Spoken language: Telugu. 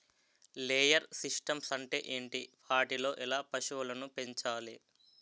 లేయర్ సిస్టమ్స్ అంటే ఏంటి? వాటిలో ఎలా పశువులను పెంచాలి?